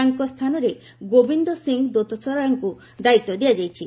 ତାଙ୍କ ସ୍ଥାନରେ ଗୋବିନ୍ଦ ସିଂ ଦୋତସରାଙ୍କୁ ଦାୟିତ୍ୱ ଦିଆଯାଇଛି